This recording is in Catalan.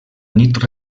nit